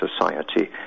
Society